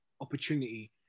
opportunity